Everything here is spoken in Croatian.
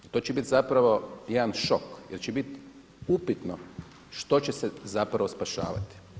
To će bit zapravo jedan šok, jer će bit upitno što će se zapravo spašavati.